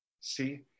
see